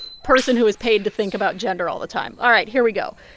person who is paid to think about gender all the time all right, here we go.